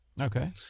Okay